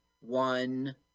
one